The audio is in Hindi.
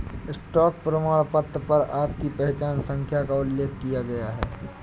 स्टॉक प्रमाणपत्र पर आपकी पहचान संख्या का उल्लेख किया गया है